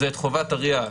חובת ה-RIA,